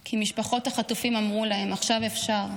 כי משפחות החטופים אמרו להם: עכשיו אפשר.